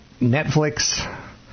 Netflix